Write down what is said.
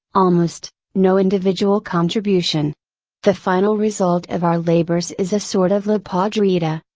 almost, no individual contribution the final result of our labors is a sort of olla podrida,